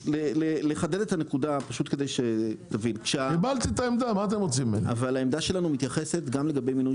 לחדד את הנקודה - העמדה שלנו מתייחסת גם לגבי מינוי